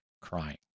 crying